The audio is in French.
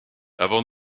avant